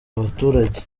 abaturage